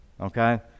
okay